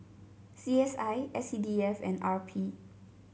C S I S C D F and R P